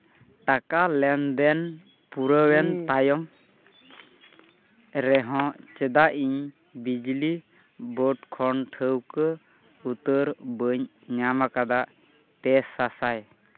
ᱴᱟᱠᱟ ᱞᱮᱱᱫᱮᱱ ᱯᱩᱨᱟᱹᱣᱮᱱ ᱛᱟᱭᱚᱢ ᱨᱮᱦᱚᱸ ᱪᱮᱫᱟᱜ ᱤᱧ ᱵᱤᱡᱽᱞᱤ ᱵᱳᱨᱰ ᱠᱷᱚᱱ ᱴᱷᱟᱹᱣᱠᱟᱹ ᱩᱛᱟᱹᱨ ᱵᱟᱹᱧ ᱧᱟᱢ ᱠᱟᱫᱟ ᱯᱮ ᱥᱟᱥᱟᱭ